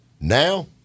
Now